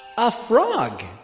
ah frog!